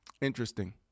interesting